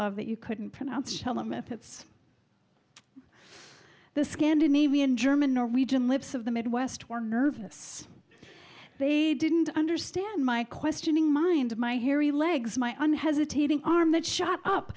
love that you couldn't pronounce tell them if it's the scandinavian german norwegian lips of the midwest were nervous they didn't understand my questioning mind my hairy legs my own hesitating arm that shot up